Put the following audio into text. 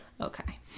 Okay